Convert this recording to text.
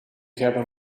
hebben